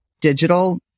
digital